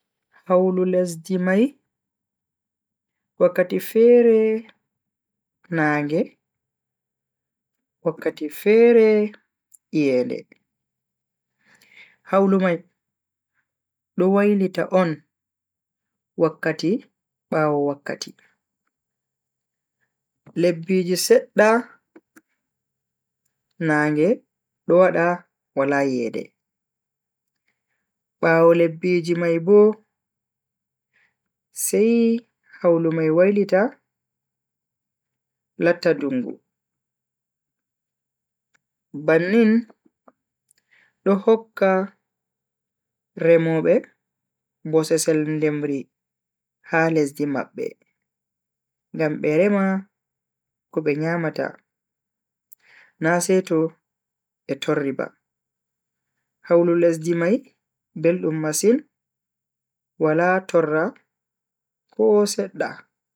Hawlu lesdi mai wakkati fere naage wakkati fere iyende. Hawlu mai do wailita on wakkati bawo wakkati. lebbiji sedda nage do wada Wala iyede, bawo lebbiji mai Bo, sai hawlu mai wailita latta dungu. Bannin do hokka remobe bosesel ndemri ha lesdi mabbe ngam be rema ko be nyamata na seto be torri ba. hawlu lesdi mai beldum masin Wala torra ko sedda.